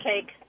cake